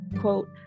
quote